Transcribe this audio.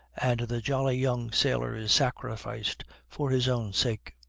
and the jolly young sailor is sacrificed for his own sake.